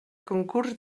concurs